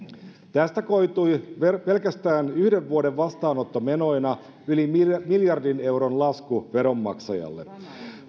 tästä koitui pelkästään yhden vuoden vastaanottomenoina yli miljardin euron lasku veronmaksajille